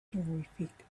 terrific